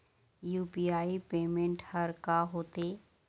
UPI payment हर का होते?